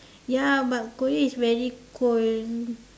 ya but Korea is very cold